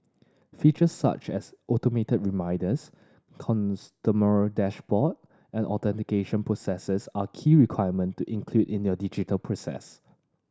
features such as automated reminders customer dashboard and authentication processes are key requirement to include in your digital process